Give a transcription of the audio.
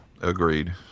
Agreed